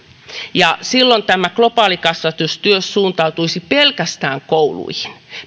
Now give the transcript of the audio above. silloin tämä globaalikasvatustyö suuntautuisi pelkästään kouluihin